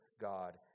God